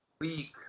week